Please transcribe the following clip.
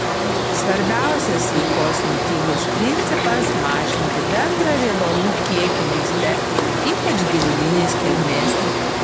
svarbiausias sveikos mitybos principas mažinti bendrą riebalų kiekį maiste ypač gyvulinės kilmės